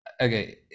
okay